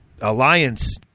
Alliance